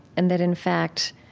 and that, in fact,